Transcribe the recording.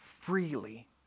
Freely